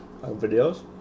videos